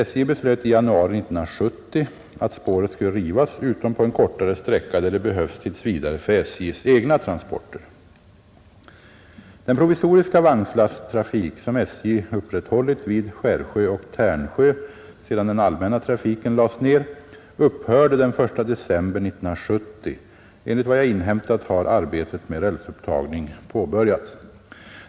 SJ beslöt i januari 1970 att spåret skulle rivas utom på en kortare sträcka där det behövs tills vidare för SJ:s egna transporter. Den provisoriska vagnslasttrafik, som SJ upprätthållit vid Skärsjö och Tärnsjö sedan den allmänna trafiken lades ned, upphörde den 1 december 1970. Enligt vad jag inhämtat har arbetet med rälsupptagning påbörjats.